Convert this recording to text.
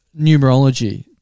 numerology